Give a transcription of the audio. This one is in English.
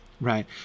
Right